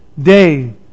day